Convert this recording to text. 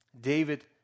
David